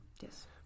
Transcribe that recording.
Yes